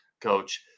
Coach